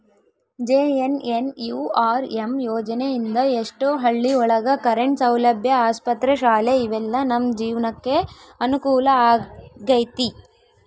JNNURM ಯೋಜನೆ ಇಂದ ಎಷ್ಟೋ ಹಳ್ಳಿ ಒಳಗ ಕರೆಂಟ್ ಸೌಲಭ್ಯ ಆಸ್ಪತ್ರೆ ಶಾಲೆ ಇವೆಲ್ಲ ನಮ್ ಜೀವ್ನಕೆ ಅನುಕೂಲ ಆಗೈತಿ